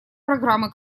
программы